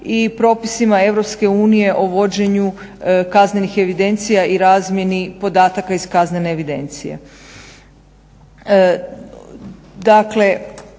Europske unije o vođenju kaznenih evidencija i razmjeni podataka iz kaznene evidencije.